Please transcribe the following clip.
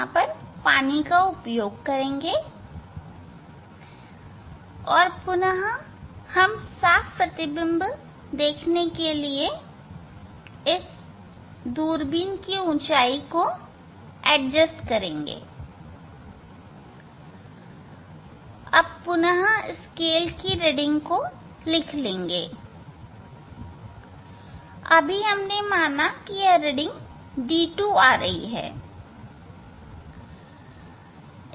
यहां हम पानी का उपयोग करेंगे और पुनः हम साफ प्रतिबिंब देखने के लिए दूरबीन की ऊंचाई को एडजस्ट करेंगे और पुनः स्केल की रीडिंग लिख लेंगे जो माना d2 है